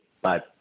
Bye